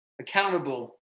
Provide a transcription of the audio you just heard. accountable